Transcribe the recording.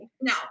No